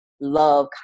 love